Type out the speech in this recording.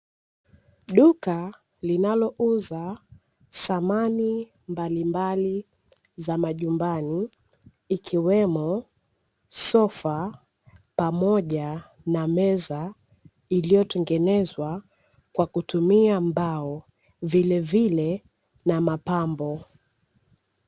Duka linalouza samani mbalimbali za majumbani ikiwemo sofa pamoja na meza iliyotengenezwa kwa kutumia mbao, vilevile na mapambo.